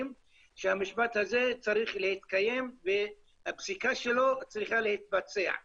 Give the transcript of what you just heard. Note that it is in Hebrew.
שהמשפט הזה צריך להתקיים ושהפסיקה שלו צריכה להתבצע.